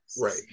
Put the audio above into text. right